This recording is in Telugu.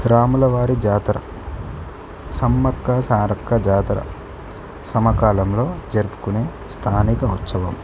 రాములవారి జాతర సమ్మక్క సారక్క జాతర సమకాలంలో జరుపుకునే స్థానిక ఉత్సవం